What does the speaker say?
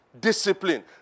discipline